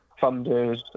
funders